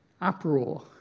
uproar